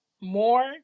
more